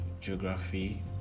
geography